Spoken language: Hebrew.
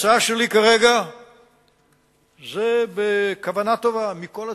ההצעה שלי כרגע היא, בכוונה טובה מכל הצדדים,